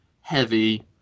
heavy